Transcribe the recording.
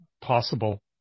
possible